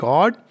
God